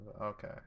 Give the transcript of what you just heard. Okay